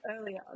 earlier